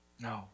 no